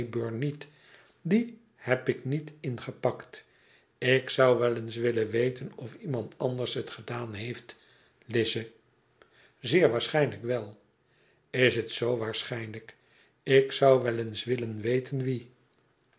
wraybum niet dien heb ik niet ingepakt ik zou wel eens willen weten of iemand anders het gedaan heeft lize zeer waarschijnlijk wel is het zoo waarschijnlijk r ik zou wel eens willen weten wie